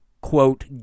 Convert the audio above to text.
quote